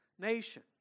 nation